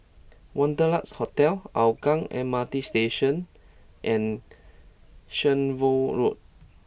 Wanderlust Hotel Hougang M R T Station and Shenvood Road